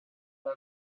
had